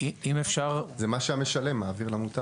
זה מה שהמשלם מעביר למוטב.